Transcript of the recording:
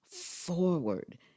forward